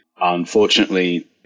Unfortunately